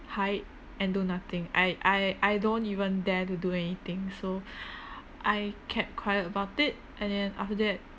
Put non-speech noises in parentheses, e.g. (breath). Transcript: hide and do nothing I I I don't even dare to do anything so (breath) I kept quiet about it and then after that